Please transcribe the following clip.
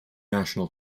national